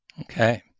okay